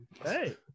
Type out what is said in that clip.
Hey